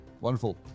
wonderful